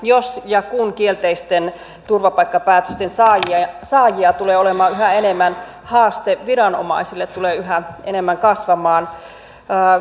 jos ja kun kielteisten turvapaikkapäätösten saajia tulee olemaan yhä enemmän haaste viranomaisille tulee yhä enemmän kasvamaan